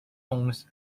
owns